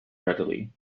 readily